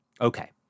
Okay